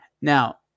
Now